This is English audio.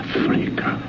Africa